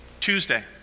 Tuesday